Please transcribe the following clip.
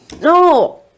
no